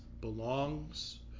belongs